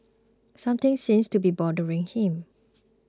something seems to be bothering him